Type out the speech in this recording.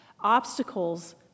obstacles